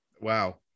Wow